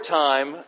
time